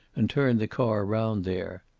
and turn the car round there.